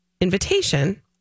invitation